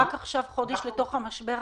חודש אל תוך המשבר,